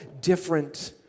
different